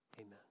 Amen